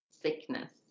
sickness